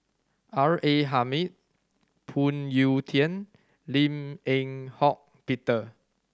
R A Hamid Phoon Yew Tien Lim Eng Hock Peter